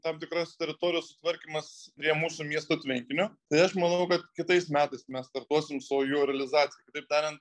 tam tikros teritorijos sutvarkymas prie mūsų miesto tvenkinio tai aš manau kad kitais metais mes startuosim su jo realizacija kitaip tariant